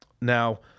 now